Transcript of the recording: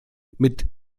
mit